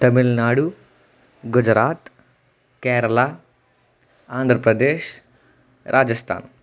Tamil Nadu Gujarat Kerala Andhra Pradesh Rajasthan